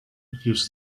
gives